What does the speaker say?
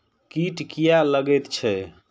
कीट किये लगैत छै?